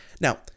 now